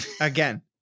Again